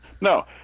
no